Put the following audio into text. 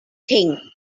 thing